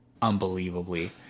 unbelievably